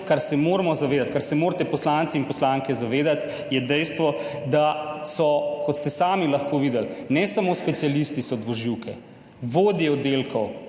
kar se moramo zavedati, kar se morate poslanci in poslanke zavedati, je dejstvo, da so, kot ste sami lahko videli, niso samo specialisti dvoživke, vodje oddelkov